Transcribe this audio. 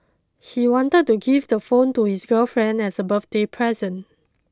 he wanted to give the phone to his girlfriend as a birthday present